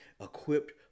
equipped